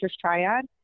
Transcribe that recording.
triad